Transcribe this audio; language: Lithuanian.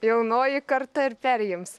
jaunoji karta ir perims